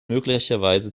möglicherweise